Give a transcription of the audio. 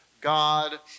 God